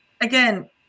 again